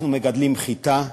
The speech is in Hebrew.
אנחנו מגדלים חיטה,